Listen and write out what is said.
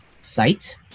site